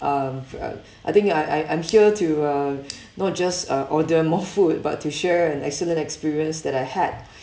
um uh I think I I I'm here to uh not just uh order more food but to share an excellent experience that I had